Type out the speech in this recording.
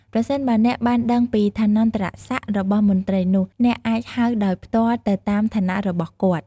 ប្រសិនបើអ្នកបានដឹងពីឋានន្តរសក្ដិរបស់មន្ត្រីនោះ អ្នកអាចហៅដោយផ្ទាល់ទៅតាមឋានៈរបស់គាត់។